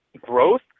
growth